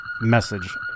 message